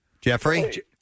Jeffrey